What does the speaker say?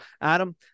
adam